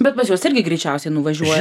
bet pas juos irgi greičiausiai nuvažiuojate nes